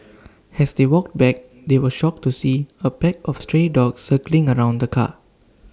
as they walked back they were shocked to see A pack of stray dogs circling around the car